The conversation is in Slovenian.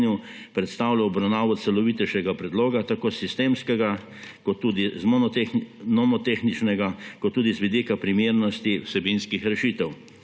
predstavlja obravnavo celovitejšega predloga, tako s sistemskega, nomotehničnega kot tudi z vidika primernosti vsebinskih rešitev.